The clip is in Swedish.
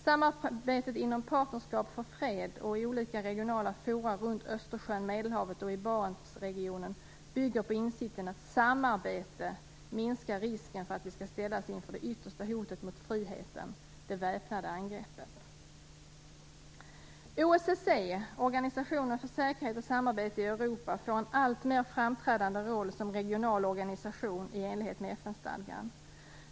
Samarbetet inom Partnerskap för fred och i olika regionala forum runt Östersjön och Medelhavet och i Barentsregionen bygger på insikten att samarbete minskar risken för att vi skall ställas inför det yttersta hotet mot friheten - OSSE, Organisationen för säkerhet och samarbete i Europa, får en alltmer framträdande roll som regional organisation i enlighet med FN-stadgan.